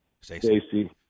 Stacy